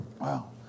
Wow